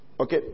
Okay